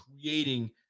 creating